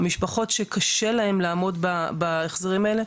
המשפחות שקשה להן לעמוד בהחזרים האלה.